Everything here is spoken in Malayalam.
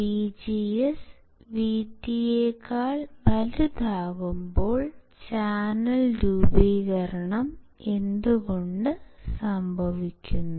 Vgs VT യേക്കാൾ വലുതാകുമ്പോൾ ചാനൽ രൂപീകരണം എന്തുകൊണ്ട് സംഭവിക്കുന്നു